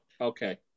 okay